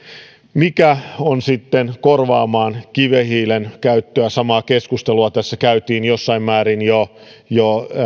mistä on sitten korvaamaan kivihiilen käyttöä samaa keskustelua tässä käytiin jo jossain määrin